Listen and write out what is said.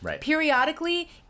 periodically